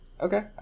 Okay